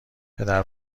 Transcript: پدر